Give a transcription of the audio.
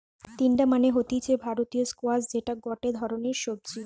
তিনডা মানে হতিছে ভারতীয় স্কোয়াশ যেটা গটে ধরণের সবজি